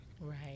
Right